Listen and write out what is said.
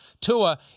Tua